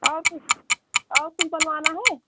और कुछ और कुछ बनवाना है